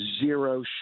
Zero